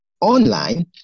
online